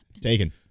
Taken